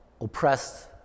oppressed